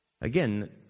Again